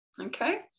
Okay